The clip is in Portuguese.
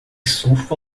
surfa